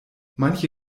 manche